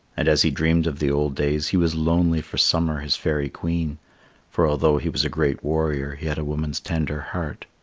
and as he dreamed of the old days, he was lonely for summer his fairy queen for although he was a great warrior he had a woman's tender heart.